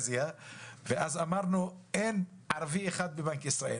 ואז אמרנו - אין ערבי אחד בבנק ישראל.